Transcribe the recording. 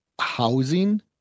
housing